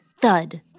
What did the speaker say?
thud